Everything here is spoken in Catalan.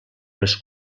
les